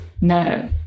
No